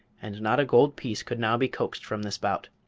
and not a gold piece could now be coaxed from the spout.